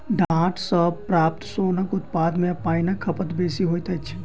डांट सॅ प्राप्त सोनक उत्पादन मे पाइनक खपत बेसी होइत अछि